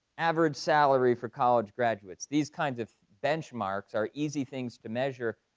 average salary for college graduates. these kind of benchmarks are easy things to measure.